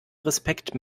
respekt